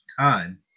Time